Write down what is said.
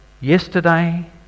Yesterday